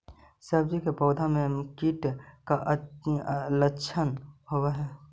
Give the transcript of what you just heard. सब्जी के पौधो मे कीट के लच्छन होबहय?